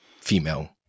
female